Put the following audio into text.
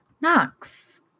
knocks